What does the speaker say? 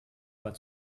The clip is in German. mal